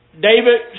David